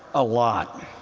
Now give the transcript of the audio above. a lot.